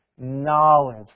Knowledge